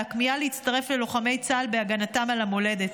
על הכמיהה להצטרף ללוחמי צה"ל בהגנתם על המולדת.